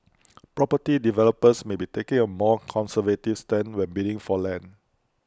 property developers may be taking A more conservative stance when bidding for land